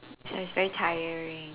so it's very tiring